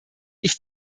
ich